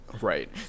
right